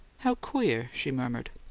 how queer! she murmured.